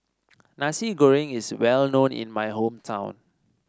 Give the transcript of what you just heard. Nasi Goreng is well known in my hometown